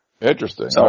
interesting